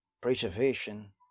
Preservation